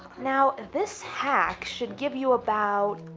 now, this hack should give you about